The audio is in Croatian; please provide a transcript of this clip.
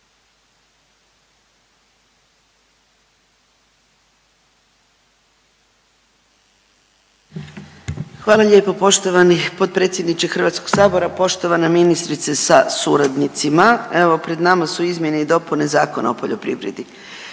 Hvala lijepo poštovani potpredsjedniče HS, poštovana ministrice sa suradnicima. Evo pred nama su izmjene i dopune Zakona o poljoprivredi.